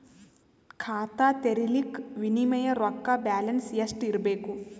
ಖಾತಾ ತೇರಿಲಿಕ ಮಿನಿಮಮ ರೊಕ್ಕ ಬ್ಯಾಲೆನ್ಸ್ ಎಷ್ಟ ಇರಬೇಕು?